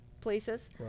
places